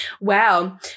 wow